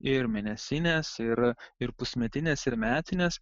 ir mėnesinės ir ir pusmetinės ir metinės